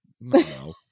No